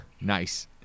Nice